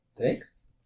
Thanks